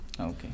Okay